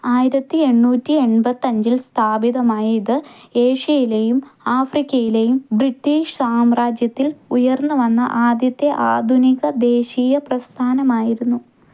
ആയിരത്തി എണ്ണൂറ്റി എൺപത്തഞ്ചിൽ സ്ഥാപിതമായ ഇത് ഏഷ്യയിലെയും ആഫ്രിക്കയിലെയും ബ്രിട്ടീഷ് സാമ്രാജ്യത്തിൽ ഉയർന്നുവന്ന ആദ്യത്തെ ആധുനിക ദേശീയ പ്രസ്ഥാനമായിരുന്നു